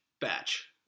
Batch